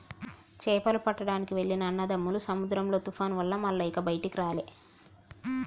చేపలు పట్టడానికి వెళ్లిన అన్నదమ్ములు సముద్రంలో తుఫాను వల్ల మల్ల ఇక బయటికి రాలే